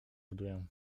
buduję